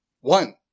one